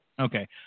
Okay